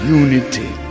unity